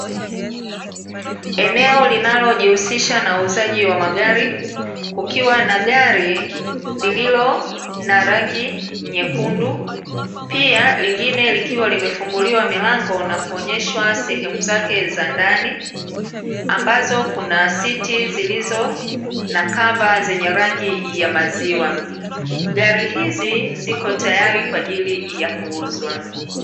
Eneo linalojihusisha na uuzaji wa magari, kukiwa na gari lililo na rangi nyekundu, pia lingine likiwa limefunguliwa milango na kuonyeshwa sehemu zake za ndani, ambazo kuna siti zilizo na kava zenye rangi ya maziwa, gari hizi zipo tayari kwa ajili ya kuuzwa.